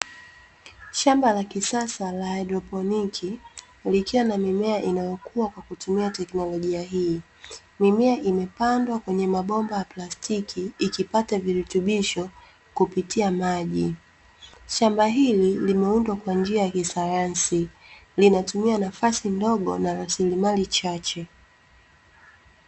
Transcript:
Shamba la kisasa la haidroponiki likiwa na mimea inayokuwa kwa kutumia teknolojia hii, mimea imepandwa kwenye mabomba ya plastiki ikipata virutubisho kupitia maji. Shamba hili limeundwa kwanjia ya kisayansi linatumia nafasi ndogo na rasilimali chache.